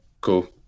cool